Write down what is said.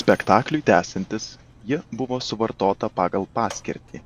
spektakliui tęsiantis ji buvo suvartota pagal paskirtį